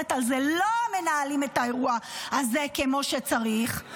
על זה: לא מנהלים את האירוע הזה כמו שצריך,